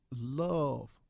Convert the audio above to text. love